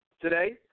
today